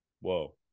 whoa